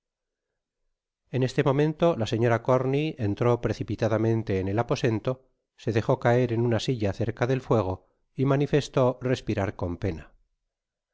en este momento la señora corney entró precipitadamente en el aposento se dejo caer en una silla cerca el fuego y manifestó respirar con pena